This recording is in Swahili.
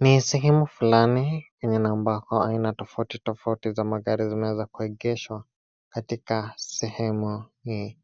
Ni sehemu flani yenye na ambako aina tofauti tafauti za magari zimeweza kuekeshwa. Katika sehemu hii